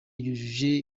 yujuje